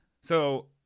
So-